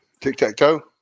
Tic-tac-toe